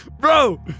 Bro